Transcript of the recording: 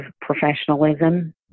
professionalism